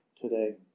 today